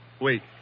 Wait